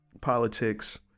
politics